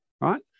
right